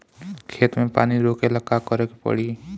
खेत मे पानी रोकेला का करे के परी?